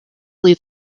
leave